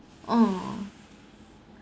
oh